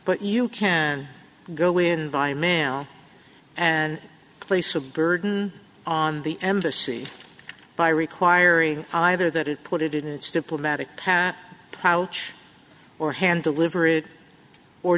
but you can go in by mail and place a burden on the embassy by requiring either that it put it in its diplomatic path pouch or hand deliver it or